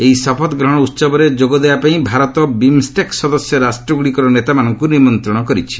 ଏହି ଶପଥଗ୍ରହଣ ଉତ୍ସବରେ ଯୋଗଦେବା ପାଇଁ ଭାରତ ବିମ୍ଷ୍ଟେକ୍ ସଦସ୍ୟ ରାଷ୍ଟ୍ରଗୁଡ଼ିକର ନେତାମାନଙ୍କୁ ନିମନ୍ତ୍ରଣ କରିଛି